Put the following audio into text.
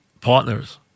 partners